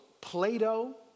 Plato